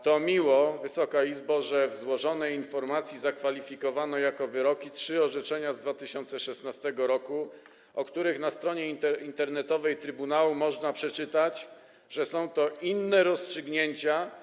To miło Wysoka Izbo, że w złożonej informacji zakwalifikowano jako wyroki trzy orzeczenia z 2016 r., o których na stronie internetowej trybunału można przeczytać, że są to inne rozstrzygnięcia.